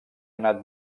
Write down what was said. anat